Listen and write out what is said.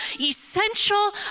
essential